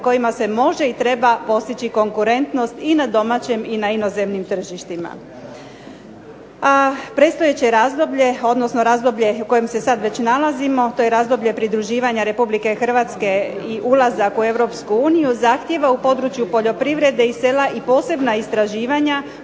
kojima se može i treba postići konkurentnost i na domaćem i na inozemnim tržištima. A predstojeće razdoblje, odnosno razdoblje u kojem se sad već nalazimo, to je razdoblje pridruživanja RH i ulazak u EU zahtjeva u području poljoprivrede i sela i posebna istraživanja,